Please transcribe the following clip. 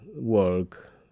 work